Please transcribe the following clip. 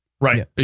Right